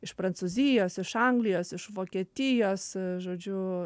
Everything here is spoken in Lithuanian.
iš prancūzijos iš anglijos iš vokietijos žodžiu